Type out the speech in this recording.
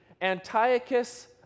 Antiochus